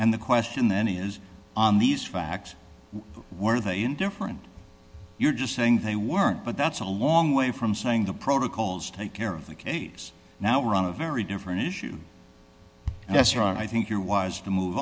and the question then is on these facts were they in different you're just saying they weren't but that's a long way from saying the protocols take care of the case now run a very different issue that's wrong i think you're wise to move